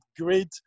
great